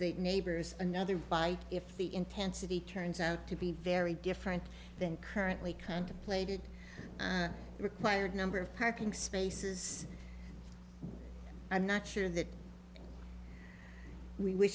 the neighbors another bite if the intensity turns out to be very different than currently contemplated the required number of parking spaces i'm not sure that we w